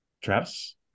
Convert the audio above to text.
Travis